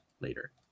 later